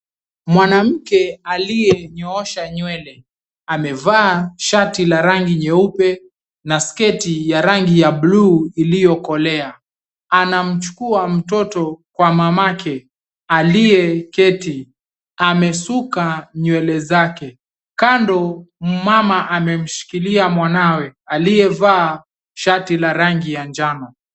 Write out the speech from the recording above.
Mwanamke aliyenyoosha nywele amevaa shati la rangi nyeupe na sketi ya rangi ya bluu ilio kolea ana mchukua mtoto kwa mamake aliye keti amesuka nywele zake kando mama amemshikilia mwanawe aliye vaa shati ya rangi ya njano.